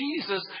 Jesus